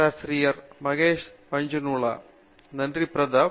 பேராசிரியர் மகேஷ் வி பாஞ்ச்னுலா நன்றி பிரதாப்